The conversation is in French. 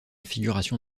figuration